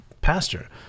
pastor